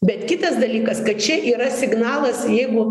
bet kitas dalykas kad čia yra signalas jeigu